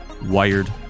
wired